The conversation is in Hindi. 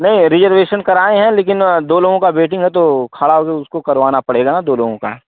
नहीं रिजर्वेशन कराए हैं लेकिन दो लोगों का वेटिंग है तो खड़ा होके उसको करवाना पड़ेगा ना दो लोगों का